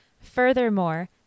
Furthermore